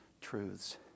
truths